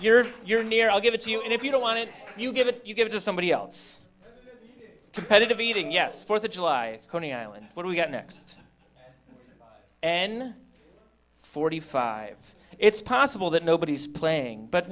you're you're near i'll give it to you and if you don't want it you give it you give to somebody else competitive eating yes fourth of july coney island what we got next an forty five it's possible that nobody's playing but